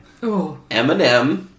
Eminem